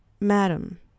Madam